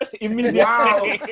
Wow